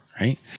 Right